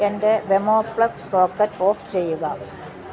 എൻ്റെ Wemo plug socket off ചെയ്യുക